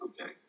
okay